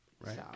Right